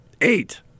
Eight